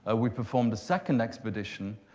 ah we performed a second expedition,